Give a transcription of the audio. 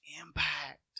impact